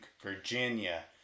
Virginia